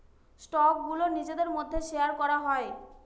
স্টকগুলো নিজেদের মধ্যে শেয়ার করা হয়